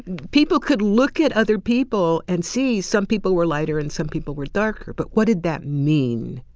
people could look at other people and see some people were lighter and some people were darker, but what did that mean?